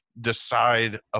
Decide